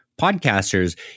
podcasters